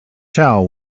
chow